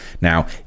now